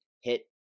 hit